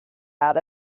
out